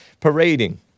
Parading